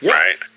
right